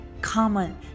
comment